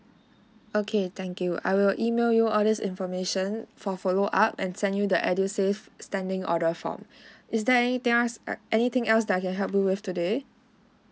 okay thank you I will email you all this information for follow up and send you the edusave standing order form is there anything else err anything else that I can help you with today